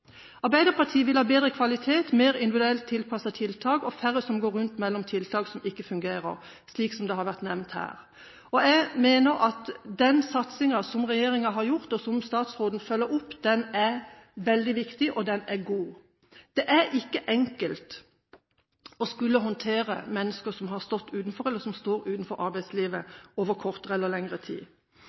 Arbeiderpartiet vil ha bedre kvalitet, flere individuelt tilpassede tiltak og færre som går rundt mellom tiltak som ikke fungerer, slik som det har vært nevnt her. Jeg mener at den satsingen som regjeringen har gjort, og som statsråden følger opp, er veldig viktig, og den er god. Det er ikke enkelt å skulle håndtere mennesker som har stått eller står utenfor arbeidslivet over kortere eller lengre tid.